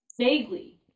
vaguely